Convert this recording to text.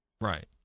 Right